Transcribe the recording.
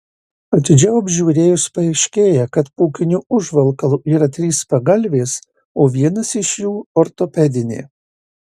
atidžiau apžiūrėjus paaiškėja kad pūkiniu užvalkalu yra trys pagalvės o vienas iš jų ortopedinė